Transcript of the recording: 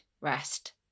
rest